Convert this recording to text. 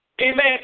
Amen